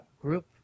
group